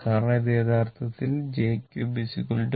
കാരണം ഇത് യഥാർത്ഥത്തിൽ j3 j2